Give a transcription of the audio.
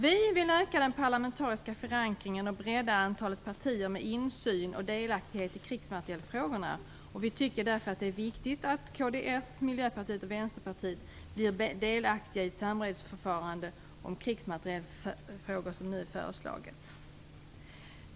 Vi vill öka den parlamentariska förankringen och bredda antalet partier med insyn och delaktighet i krigsmaterielfrågorna. Därför tycker vi att det är viktigt att kds, Miljöpartiet och Vänsterpartiet blir delaktiga i det samrådsförfarande om krigsmaterielfrågor som nu har föreslagits.